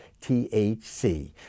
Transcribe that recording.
THC